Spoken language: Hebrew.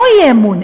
לא אי-אמון,